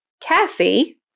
Cassie